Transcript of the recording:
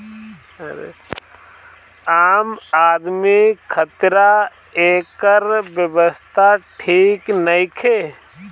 आम आदमी खातिरा एकर व्यवस्था ठीक नईखे